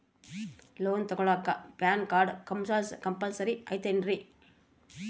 Loan ತೊಗೊಳ್ಳಾಕ PAN card compulsory ಐಯ್ತೇನ್ರಿ?